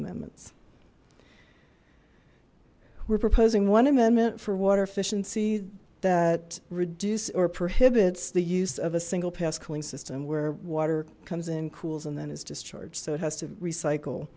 amendment we're proposing one amendment for water efficiency that reduce or prohibits the use of a single pass cooling system where water comes in cools and then is discharged so it has to recycle